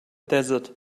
desert